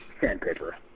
sandpaper